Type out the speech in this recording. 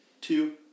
two